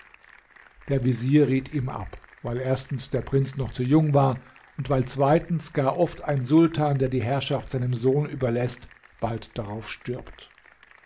der vezier riet ihm ab weil erstens der prinz noch zu jung war und weil zweitens gar oft ein sultan der die herrschaft seinem sohn überläßt bald darauf stirbt